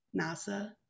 NASA